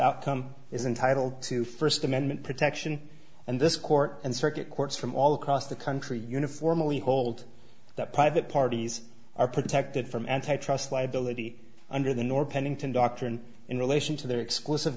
outcome is entitled to first amendment protection and this court and circuit courts from all across the country uniformally hold that private parties are protected from anti trust liability under the nor pennington doctrine in relation to their ex